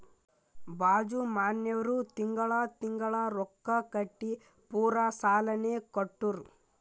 ಬಾಜು ಮನ್ಯಾವ್ರು ತಿಂಗಳಾ ತಿಂಗಳಾ ರೊಕ್ಕಾ ಕಟ್ಟಿ ಪೂರಾ ಸಾಲಾನೇ ಕಟ್ಟುರ್